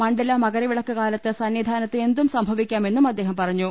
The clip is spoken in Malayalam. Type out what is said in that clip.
മണ്ഡല മകര വിളക്ക് കാലത്ത് സന്നിധാനത്ത് എന്തും സംഭവി ക്കാമെന്നും അദ്ദേഹം പറഞ്ഞു